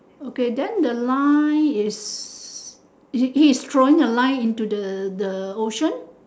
okay then the line is he he is throwing a line into the the ocean